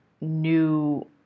new